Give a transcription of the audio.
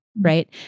right